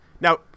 now